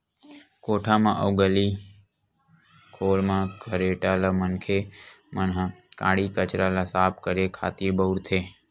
कोठा म अउ गली खोर म खरेटा ल मनखे मन ह काड़ी कचरा ल साफ करे खातिर बउरथे